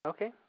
Okay